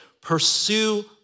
pursue